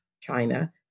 China